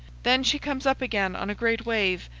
then she comes up again on a great wave,